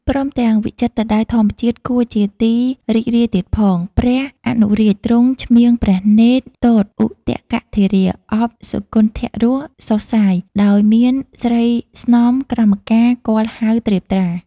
ព្រមទាំងវិចិត្រទៅដោយធម្មជាតិគួរជាទីរីករាយទៀតផង ព្រះអនុរាជទ្រង់ឆ្មៀងព្រះនេត្រទតឧទកធារា អប់សុគន្ធរសសុសសាយ ដោយមានស្រីស្នំក្រមការ គាល់ហ្វៅត្រៀបត្រា ។